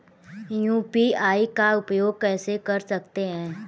UPI का उपयोग कैसे कर सकते हैं?